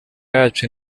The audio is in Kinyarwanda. yacu